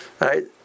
right